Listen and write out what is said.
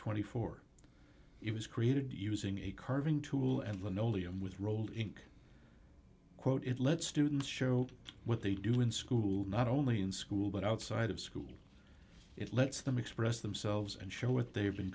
twenty four it was created using a carving tool and linoleum with rolled quote it lets students show what they do in school not only in school but outside of school it lets them express themselves and show what they've been